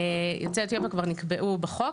יוצאי אתיופיה כבר נקבעו בחוק.